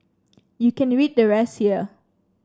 you can read the rest here